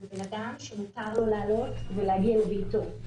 זה בן אדם שמותר לו לעלות ולהגיע לביתו.